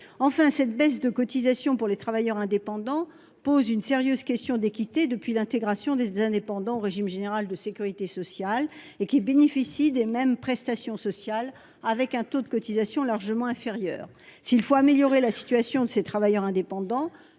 Enfin, cette baisse de cotisations pour les travailleurs indépendants pose une sérieuse question d'équité depuis l'intégration des indépendants au régime général de sécurité sociale, ces derniers bénéficiant des mêmes prestations sociales, alors que leurs taux de cotisation sont largement inférieurs. S'il faut améliorer la situation de ces travailleurs, cela